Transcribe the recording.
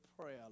prayer